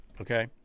Okay